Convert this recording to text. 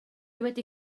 wedi